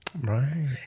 Right